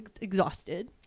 exhausted